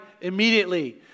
immediately